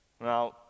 Now